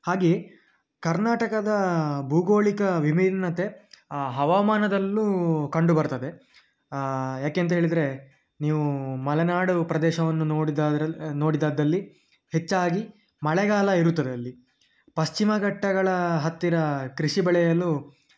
ಹಾಗೆಯೇ ಕರ್ನಾಟಕದ ಭೂಗೋಳಿಕ ವಿಭಿನ್ನತೆ ಹವಾಮಾನದಲ್ಲು ಕಂಡು ಬರ್ತದೆ ಯಾಕೆಂತ ಹೇಳಿದರೆ ನೀವು ಮಲೆನಾಡು ಪ್ರದೇಶವನ್ನು ನೋಡಿದಾದ್ರಲ್ಲಿ ನೋಡಿದ್ದಾದಲ್ಲಿ ಹೆಚ್ಚಾಗಿ ಮಳೆಗಾಲ ಇರುತ್ತದಲ್ಲಿ ಪಶ್ಚಿಮ ಘಟ್ಟಗಳ ಹತ್ತಿರ ಕೃಷಿ ಬೆಳೆಯಲು